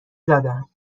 زدم